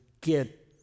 get